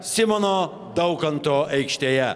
simono daukanto aikštėje